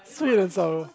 sweet and sour